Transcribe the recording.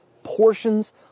portions